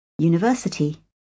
University